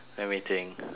let me think